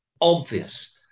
obvious